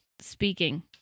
speaking